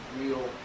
real